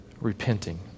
repenting